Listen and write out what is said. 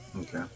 Okay